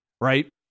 right